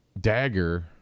dagger